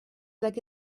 like